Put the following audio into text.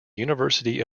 university